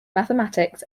mathematics